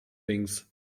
things